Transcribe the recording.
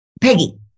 Peggy